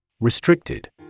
Restricted